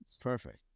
Perfect